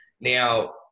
Now